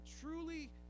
truly